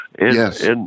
Yes